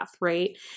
right